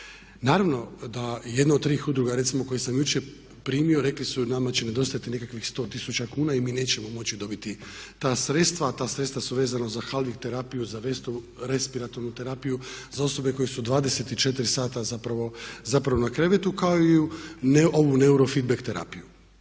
Naravno da jedna od tih udruga recimo koje sam jučer primio rekli su nama će nedostajati nekakvih 100 tisuća kuna i mi nećemo moći dobiti ta sredstva a ta sredstva su vezana za hali terapiju, za vestovu respiratornu terapiju, za osobe koje su 24 sata zapravo na krevetu kao i ovu neurofeedback terapiju